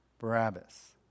Barabbas